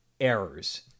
errors